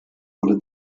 wurde